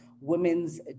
Women's